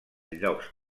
llocs